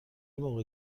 موقع